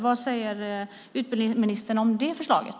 Vad säger utbildningsministern om det förslaget?